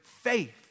faith